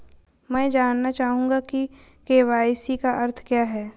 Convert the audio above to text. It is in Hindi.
मैं जानना चाहूंगा कि के.वाई.सी का अर्थ क्या है?